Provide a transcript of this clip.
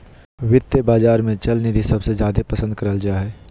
वित्तीय बाजार मे चल निधि सबसे जादे पसन्द करल जा हय